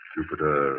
Jupiter